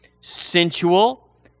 sensual